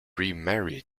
remarried